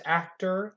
actor